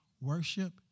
worship